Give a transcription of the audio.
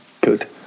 Good